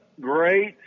great